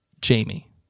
Jamie